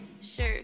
Sure